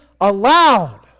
aloud